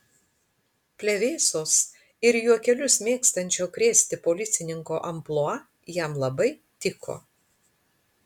plevėsos ir juokelius mėgstančio krėsti policininko amplua jam labai tiko